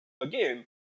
again